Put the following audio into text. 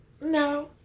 No